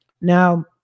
Now